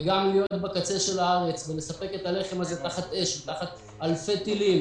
גם להיות בקצה של הארץ ולספק את הלחם הזה תחת אש ותחת אלפי טילים,